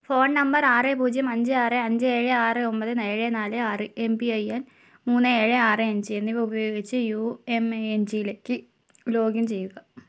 phone number ആറ് പൂജ്യം അഞ്ച് ആറ് അഞ്ചേ ഏഴ് ആറ് ഒമ്പത് ഏഴ് നാല് ആറ് എം പി ഐ എൻ മൂന്ന് ഏഴ് ആറ് അഞ്ച് എന്നിവ ഉപയോഗിച്ച് U M A N G ലേക്ക് ലോഗിൻ ചെയ്യുക